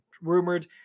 rumored